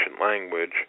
language